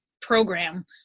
program